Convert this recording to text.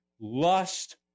lust